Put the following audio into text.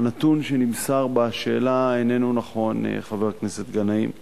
הנתון שנמסר בשאלה איננו נכון, חבר הכנסת גנאים.